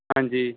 ਹਾਂਜੀ